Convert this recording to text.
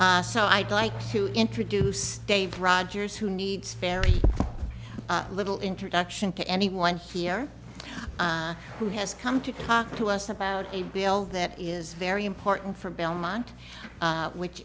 so i'd like to introduce dave rogers who needs very little introduction to anyone here who has come to talk to us about a bill that is very important for belmont which